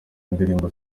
indirimbo